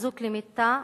אזוק למיטה,